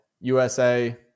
USA